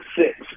six